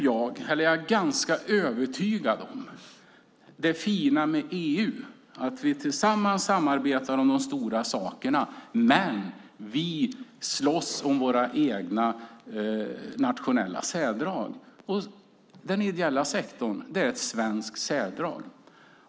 Jag är ganska övertygad om det fina med EU, att vi tillsammans samarbetar om de stora sakerna, men vi slåss för våra egna nationella särdrag. Den ideella sektorn är ett svenskt särdrag.